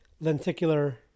lenticular